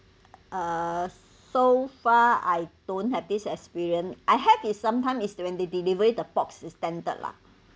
uh so far I don't have this experience I have is sometime is when they deliver it the box is standard lah